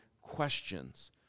questions